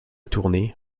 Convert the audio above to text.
tournée